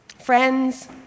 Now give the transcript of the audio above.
friends